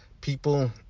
People